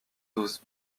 douze